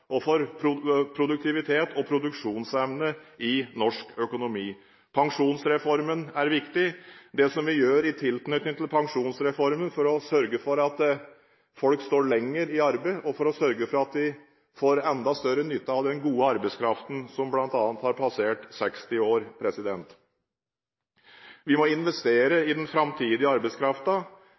produktivitet og produksjonsevne i norsk økonomi. Pensjonsreformen er viktig – det som vi gjør i tilknytning til pensjonsreformen – for å sørge for at folk står lenger i arbeid, og for å sørge for at vi får enda større nytte av den gode arbeidskraften som bl.a. har passert 60 år. Vi må investere i den framtidige